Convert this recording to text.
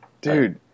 Dude